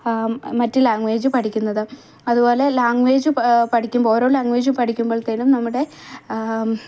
മറ്റ് ലാംഗ്വേജ് പഠിക്കുന്നത് അത്പോലെ ലാംഗ്വേജ് പഠിക്കുമ്പം ഓരോ ലാംഗ്വേജ് പഠിക്കുമ്പൾത്തേന്നും നമ്മുടെ